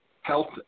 health